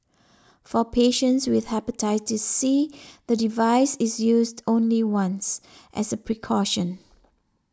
for patients with Hepatitis C the device is used only once as a precaution